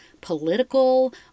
political